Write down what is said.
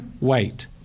wait